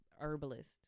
herbalist